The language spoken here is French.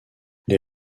les